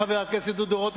חבר הכנסת דודו רותם,